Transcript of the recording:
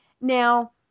Now